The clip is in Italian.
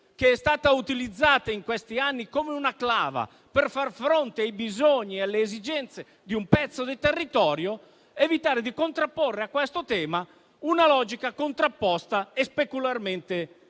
che è stata utilizzata in questi anni come una clava per far fronte ai bisogni e alle esigenze di un pezzo di territorio, una logica contrapposta e specularmente